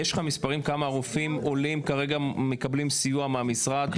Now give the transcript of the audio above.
יש לך מספרים כמה רופאים עולים כרגע מקבלים סיוע מהמשרד?